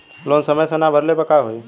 Loan समय से ना भरले पर का होयी?